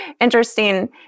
interesting